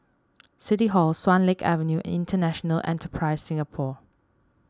City Hall Swan Lake Avenue International Enterprise Singapore